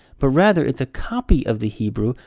but rather, it's a copy of the hebrew,